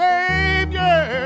Savior